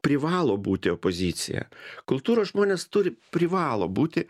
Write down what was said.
privalo būti opozicija kultūros žmonės turi privalo būti